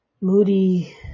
moody